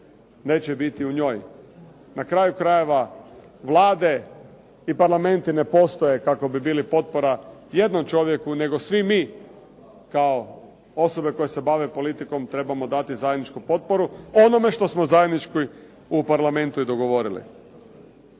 neće biti u njoj. Na kraju krajeva, vlade i parlamenti ne postoje kako bi bili potpora jednom čovjeku nego svi mi kao osobe koje se bave politikom trebamo dati zajedničku potporu onome što smo zajednički u parlamentu i dogovorili.